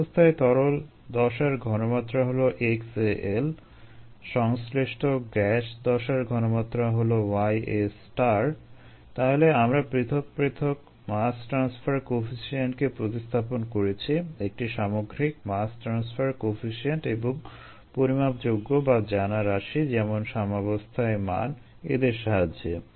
সাম্যাবস্থায় তরল দশার ঘনমাত্রা হলো xAL সংশ্লিষ্ট গ্যাস দশার ঘনমাত্রা হলো yA তাহলে আমরা পৃথক পৃথক মাস ট্রান্সফার কোয়েফিসিয়েন্টকে প্রতিস্থাপন করেছি একটি সামগ্রিক মাস ট্রান্সফার কোয়েফিসিয়েন্ট এবং পরিমাপযোগ্য বা জানা রাশি যেমন সাম্যাবস্থায় মান এদের সাহায্যে